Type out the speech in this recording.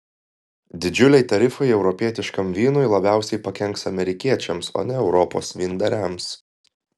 didžiuliai tarifai europietiškam vynui labiausiai pakenks amerikiečiams o ne europos vyndariams